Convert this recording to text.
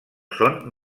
són